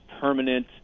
permanent